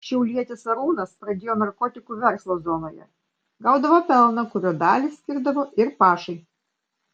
šiaulietis arūnas pradėjo narkotikų verslą zonoje gaudavo pelną kurio dalį skirdavo ir pašai